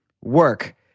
work